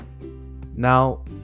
now